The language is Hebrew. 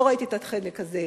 לא ראיתי את החלק הזה.